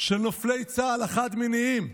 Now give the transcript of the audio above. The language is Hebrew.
של נופלי צה"ל החד-מיניים,